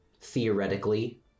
theoretically